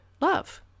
love